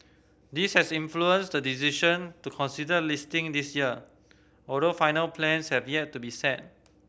this has influenced the decision to consider listing this year although final plans have yet to be set